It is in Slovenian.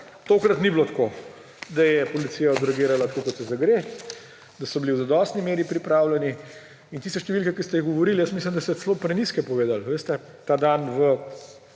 tokrat ni bilo tako, da je policija odreagirala tako kot se zagre, da so bili v zadostni meri pripravljeni. In tiste številke, ki ste jih govorili, jaz mislim, da ste celo prenizke povedali, veste. Ta dan v